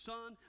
Son